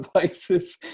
devices